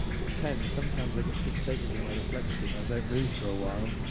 it depends. sometimes i get fixated with my reflection. i don't move for a while.